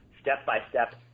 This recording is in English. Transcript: step-by-step